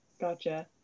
Gotcha